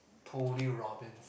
Tony Robins